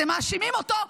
אתם מאשימים אותו.